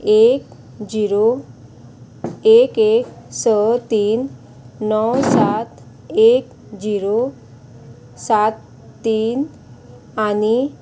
एक झिरो एक एक स तीन णव सात एक झिरो सात तीन आनी